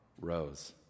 rose